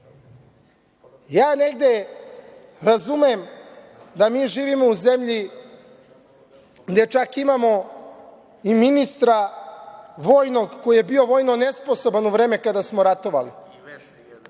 negde razumem da mi živimo u zemlji gde čak imamo i ministra vojnog koji je bio vojno nesposoban u vreme kada smo ratovali,